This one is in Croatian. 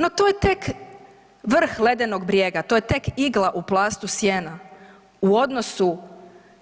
No, to je tek vrh ledenog brijega, to je tek igla u plastu sijena u odnosu